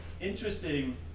interesting